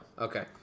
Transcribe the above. Okay